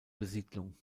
besiedlung